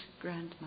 grandmother